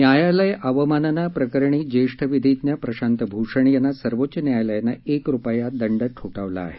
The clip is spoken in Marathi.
न्यायालय अवमानना प्रकरणी ज्येष्ठ विधीज्ञ प्रशांत भूषण यांना सर्वोच्च न्यायालयानं एक रुपया दंड ठोठावला आहे